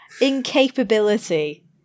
incapability